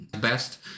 best